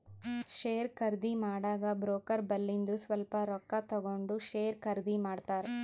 share ಖರ್ದಿ ಮಾಡಾಗ broker ಬಲ್ಲಿಂದು ಸ್ವಲ್ಪ ರೊಕ್ಕಾ ತಗೊಂಡ್ ಶೇರ್ ಖರ್ದಿ ಮಾಡ್ತಾರ್